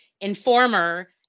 Informer